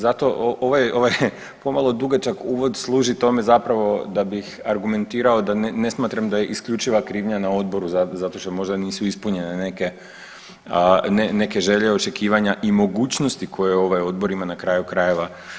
Zato ovaj pomalo dugačak uvod služi tome zapravo da bih argumentirao da ne smatram da je isključiva krivnja na odboru zato što možda nisu ispunjene neke želje i očekivanja i mogućnosti koje ovaj odbor ima na kraju krajeva.